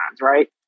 right